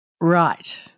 Right